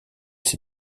ces